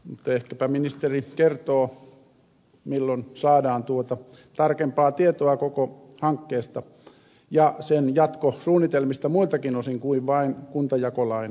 mutta ehkäpä ministeri kertoo milloin saadaan tuota tarkempaa tietoa koko hankkeesta ja sen jatkosuunnitelmista muiltakin osin kuin vain kuntajakolain osalta